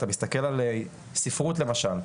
אתה מסתכל על ספרות למשל,